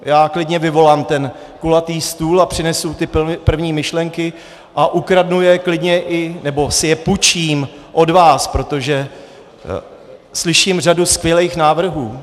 Já klidně vyvolám ten kulatý stůl a přinesu první myšlenky a ukradnu je klidně i, nebo si je půjčím od vás, protože slyším řadu skvělých návrhů.